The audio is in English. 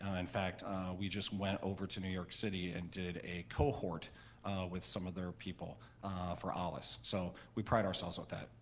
and in fact we just went over to new york city and did a cohort with some of their people for um alas, so we pride ourselves with that.